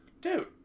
dude